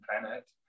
planet